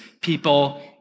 people